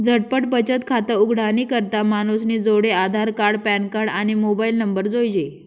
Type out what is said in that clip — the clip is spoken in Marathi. झटपट बचत खातं उघाडानी करता मानूसनी जोडे आधारकार्ड, पॅनकार्ड, आणि मोबाईल नंबर जोइजे